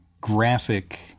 graphic